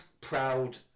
proud